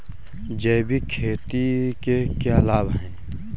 जैविक खेती के क्या लाभ हैं?